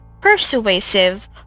persuasive